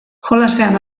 jolasean